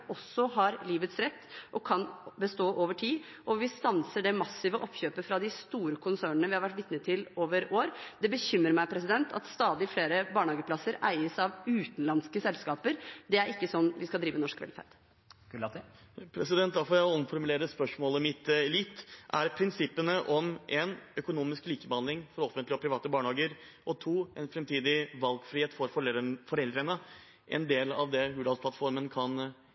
også har livets rett og kan bestå over tid, og at vi stanser det massive oppkjøpet fra de store konsernene som vi har vært vitne til over år. Det bekymrer meg at stadig flere barnehageplasser eies av utenlandske selskaper. Det er ikke slik vi skal drive norsk velferd. Himanshu Gulati – til oppfølgingsspørsmål. Da får jeg omformulere spørsmålet mitt litt: Er prinsippene om en økonomisk likebehandling av offentlige og private barnehager, samt en fremtidig valgfrihet for foreldrene, en del av det Hurdalsplattformen kan